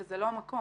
וזה לא המקום.